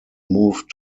moved